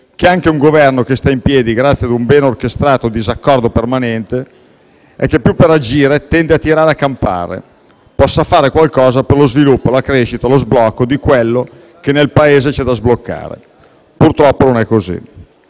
che anche un Governo che sta in piedi grazie a un ben orchestrato disaccordo permanente e che più che agire tende a tirare a campare possa fare qualcosa per lo sviluppo, la crescita e lo sblocco di quello che nel Paese c'è da sbloccare. Purtroppo, non è così: